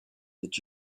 that